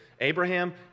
Abraham